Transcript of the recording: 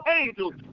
angels